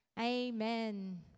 amen